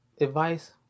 advice